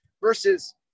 versus